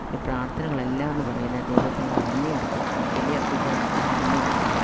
ഈ പ്രാർത്ഥനകളെല്ലാം എന്ന് പറയുന്നത് ദൈവത്തിന് നന്ദി അർപ്പിക്കുകയാണ് ബലിയർപ്പിക്കുകയാണ് പറഞ്ഞാൽ നന്ദി അർപ്പിക്കുക